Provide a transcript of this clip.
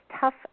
tough